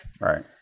Right